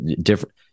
different